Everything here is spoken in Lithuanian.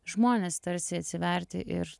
žmones tarsi atsiverti ir